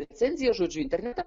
recenzijas žodžiu internete